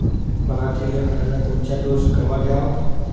पऱ्हाटीले खताचा कोनचा डोस कवा द्याव?